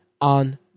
on